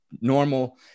normal